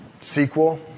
sequel